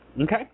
Okay